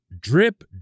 drip